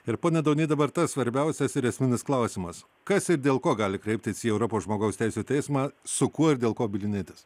ir pone daunį dabar tas svarbiausias ir esminis klausimas kas ir dėl ko gali kreiptis į europos žmogaus teisių teismą su kuo ir dėl ko bylinėtis